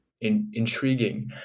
intriguing